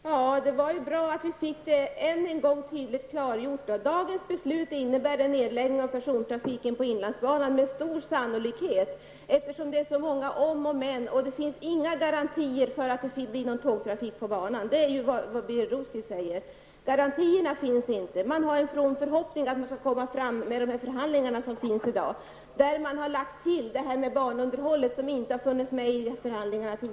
Herr talman! Det var bra att vi fick den saken klargjord ännu en gång. Dagens beslut innebär med stor sannolikhet en nedläggning av persontrafiken på inlandsbanan, eftersom det är så många om och men i frågan. Det finns inga garantier för att det blir fortsatt tågtrafik på banan. Det är ju vad Birger Rosqvist säger. Han hyser en from förhoppning om att man skall göra framsteg i de förhandlingar som förs. Till dem har man lagt till frågan om banunderhållet, en fråga som inte tidigare har ingått i förhandlingsarbetet.